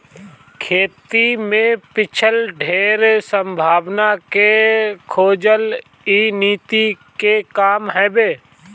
खेती में छिपल ढेर संभावना के खोजल इ नीति के काम हवे